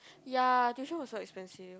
ya tuition was so expensive